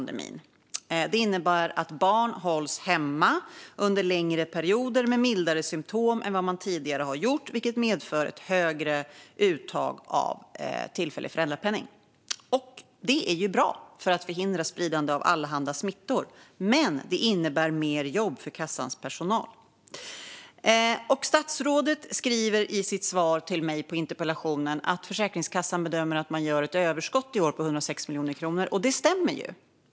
Det innebär att barn hålls hemma under längre perioder och med mildare symtom än tidigare, vilket medför ett högre uttag av tillfällig föräldrapenning. Det är bra för att förhindra spridande av allehanda smittor, men det innebär mer jobb för kassans personal. Statsrådet säger i sitt svar till mig på interpellationen att Försäkringskassan bedömer att man i år gör ett överskott på 106 miljoner kronor. Det stämmer.